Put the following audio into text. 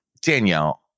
Danielle